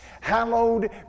Hallowed